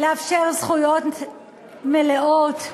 לאפשר זכויות מלאות לנשים,